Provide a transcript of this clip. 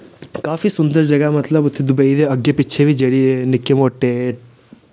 काफी सुन्दर जगह मतलब उत्थै दुबेई दे अग्गें पिच्छें बी जेह्ड़े निक्के मोटे